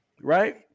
right